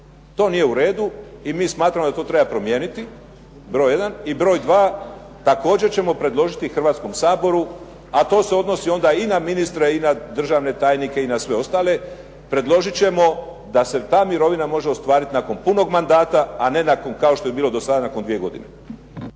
To nije u redu i mi smatramo da to treba promijeniti, broj jedan. I broj dva. Također ćemo predložiti Hrvatskom saboru, a to se odnosi onda i na ministre i na državne tajnike i na sve ostale, predložit ćemo da se ta mirovina može ostvariti nakon punog mandata a ne nakon kao što je bilo do sada nakon dvije godine.